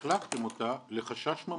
החלפתם אותה לחשש ממשי.